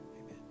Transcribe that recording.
amen